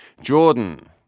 Jordan